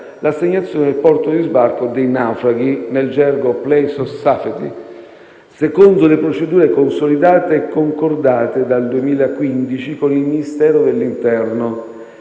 l'assegnazione del porto di sbarco dei naufraghi (nel gergo "*place of safety*"), secondo le procedure consolidate e concordate dal 2015 con il Ministero dell'interno,